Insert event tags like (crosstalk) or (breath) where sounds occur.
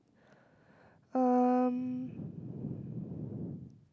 um (breath)